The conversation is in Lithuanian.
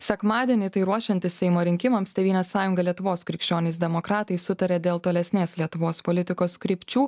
sekmadienį tai ruošiantis seimo rinkimams tėvynės sąjunga lietuvos krikščionys demokratai sutarė dėl tolesnės lietuvos politikos krypčių